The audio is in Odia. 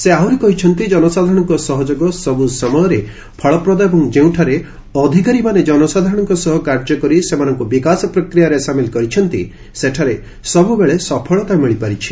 ସେ ଆହୁରି କହିଛନ୍ତି ଜନସାଧାରଣଙ୍କ ସହଯୋଗ ସବୂ ସମୟରେ ଫଳପ୍ରଦ ଏବଂ ଯେଉଁଠାରେ ଅଧିକାରୀମାନେ ଜନସାଧାରଣଙ୍କ ସହ କାର୍ଯ୍ୟକରି ସେମାନଙ୍କୁ ବିକାଶ ପ୍ରକ୍ରିୟାରେ ସାମିଲ୍ କରିଛନ୍ତି ସେଠାରେ ସବୃବେଳେ ସଫଳତା ମିଳିପାରିଛି